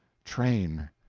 train!